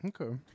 Okay